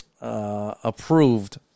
approved